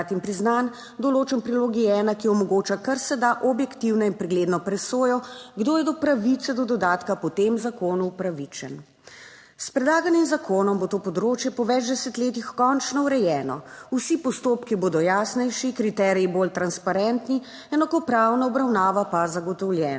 nagrad in priznanj, določen v prilogi 1, ki omogoča kar se da objektivno in pregledno presojo, kdo je do pravice do dodatka po tem zakonu upravičen. S predlaganim zakonom bo to področje po več desetletjih končno urejeno, vsi postopki bodo jasnejši, kriteriji bolj transparentni, enakopravna obravnava pa zagotovljena.